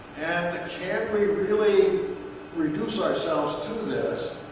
and can we really reduce ourselves to this?